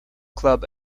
club